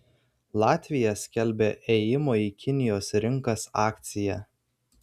latvija skelbia ėjimo į kinijos rinkas akciją